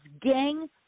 gang